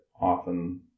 often